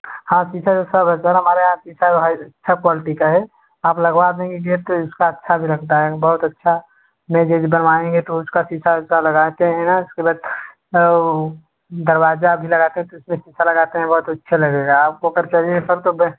हाँ सीसा सब है सर हमारे यहाँ सीसा जो है सब क्वालिटी का है आप लगवा देंगे गेट तो इसका अच्छा भी लगता है बहौत अच्छा मेज एज बनवाएँगे तो उसका सीसा वीसा लगाते हैं ना उसके बाद आ ऊ दरवाजा अभी लगाकर के उसमें सीसा लगाते हैं बहौत अच्छा लगेगा आपको अगर चहिए सर तो बे